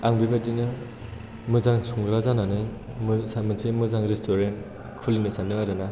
आं बेबायदिनो मोजां संग्रा जानानै मोनसे मोजां रेस्टुरेन्ट खुलिनो सानदों आरोना